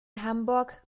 hamburg